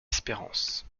espérance